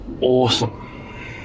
awesome